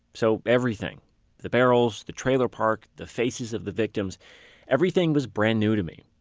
so everything the barrels, the trailer park, the faces of the victims everything was brand new to me.